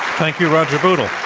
thank you, roger bootle.